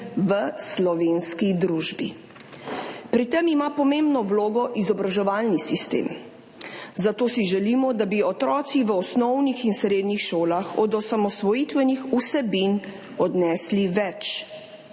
v slovenski družbi. Pri tem ima pomembno vlogo izobraževalni sistem, zato si želimo, da bi otroci v osnovnih in srednjih šolah od osamosvojitvenih vsebin odnesli več.